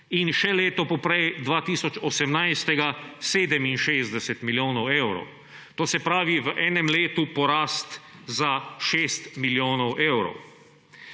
to je leta 2018, 67 milijonov evrov. To se pravi, v enem letu porast za 6 milijonov evrov.